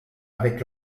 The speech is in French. avec